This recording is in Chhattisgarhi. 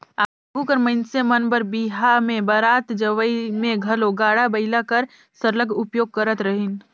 आघु कर मइनसे मन बर बिहा में बरात जवई में घलो गाड़ा बइला कर सरलग उपयोग करत रहिन